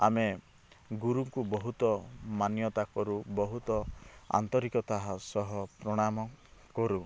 ଆମେ ଗୁରୁକୁ ବହୁତ ମାନ୍ୟତା କରୁ ବହୁତ ଆନ୍ତରିକତାଃ ସହ ପ୍ରଣାମ କରୁ